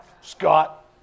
Scott